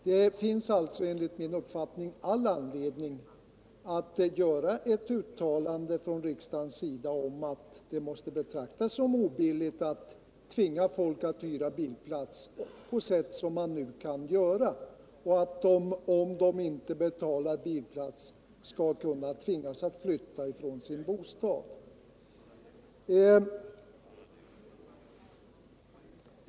Det finns alltså, enligt min uppfattning, all anledning för riksdagen att göra ett uttalande om att det måste betraktas som obilligt att tvinga folk att hyra bilplats på det sätt som nu kan ske. Om man inte kan betala bilplats kan man alltså tvingas att flytta från bostaden.